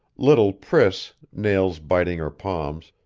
little priss, nails biting her palms,